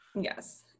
Yes